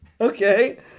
Okay